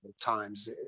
times